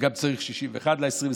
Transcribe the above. וגם צריך 61 ל-2021.